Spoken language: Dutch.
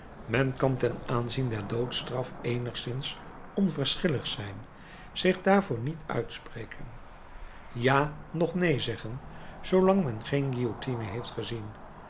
men kan ten aanzien der doodstraf eenigszins onverschillig zijn zich daarvoor niet uitspreken ja noch neen zeggen zoolang men geen guillotine heeft gezien